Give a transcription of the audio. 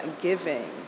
giving